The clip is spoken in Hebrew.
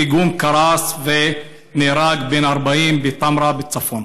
פיגום קרס ונהרג בן 40 בטמרה בצפון.